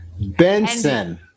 Benson